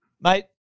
Mate